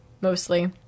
Mostly